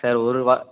sir ஒரு வா